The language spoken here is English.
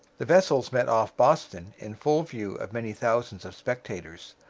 the vessels met off boston in full view of many thousands of spectators.